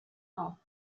off